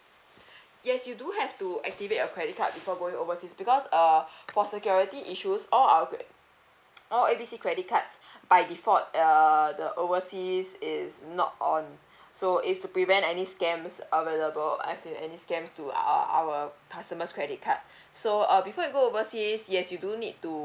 yes you do have to activate your credit card before going overseas because err for security issues all our cre~ all A B C credit cards by default err the overseas is not on so it's to prevent any scams available as in any scams to uh our customer's credit card so uh before you go overseas yes you do need to